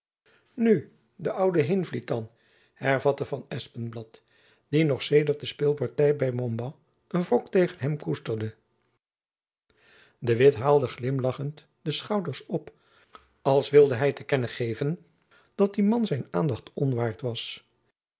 nu de oude heenvliet dan hervatte van esjacob van lennep elizabeth musch penblad die nog sedert de speelparty by montbas een wrok tegen hem koesterde de witt haalde glimlachend de schouders op als wilde hy te kennen geven dat die man zijn aandacht onwaard was